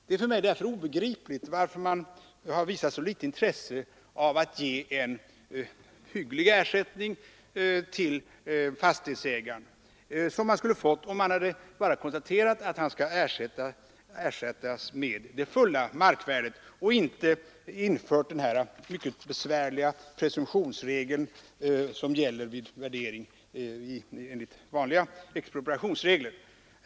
Det är för mig därför obegripligt att man visat så litet intresse av att ge en hygglig ersättning till fastighetsägaren — en ersättning som han skulle ha fått om man bara konstaterat att han skall ersättas med det fulla markvärdet — och i stället infört den här mycket besvärliga presumtionsregeln som gäller vid värdering enligt vanliga expropriationsregler.